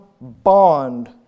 bond